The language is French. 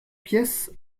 pièces